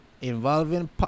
involving